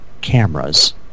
cameras